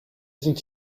sind